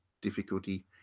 Difficulty